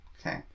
Okay